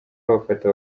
babafata